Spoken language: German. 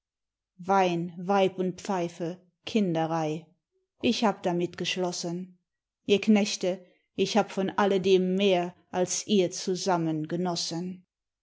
wein weib und pfeife kinderei ich hab damit geschlossen ihr knechte ich hab von alledem mehr als ihr zusammen genossen